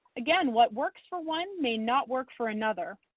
again, what works for one may not work for another.